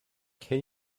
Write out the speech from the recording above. can